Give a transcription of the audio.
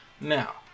Now